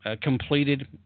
completed